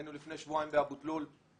היינו לפני שבועיים באבו תלול.